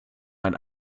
ein